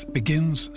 begins